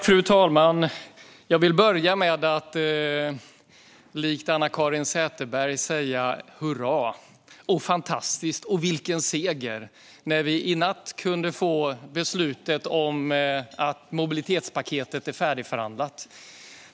Fru talman! Låt mig börja med att likt Anna-Caren Sätherberg säga hurra, fantastiskt och vilken seger, för i natt fick vi beskedet att mobilitetspaketet är färdigförhandlat.